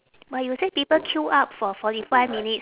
but you said people queue up for forty five minutes